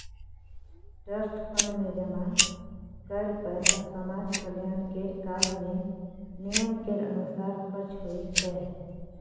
trust fund मे जमा कएल पैसा समाज कल्याण केर काज मे नियम केर अनुसार खर्च होइ छै